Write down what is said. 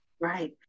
Right